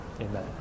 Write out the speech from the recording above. amen